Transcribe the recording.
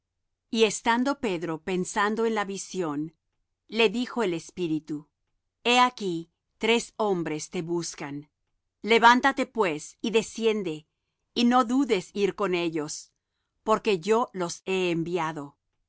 y estando pedro pensando en la visión le dijo el espíritu he aquí tres hombres te buscan levántate pues y desciende y no dudes ir con ellos porque yo los he enviado